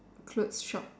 clothes shop